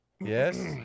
Yes